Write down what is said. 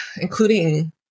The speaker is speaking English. Including